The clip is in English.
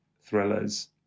thrillers